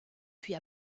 puis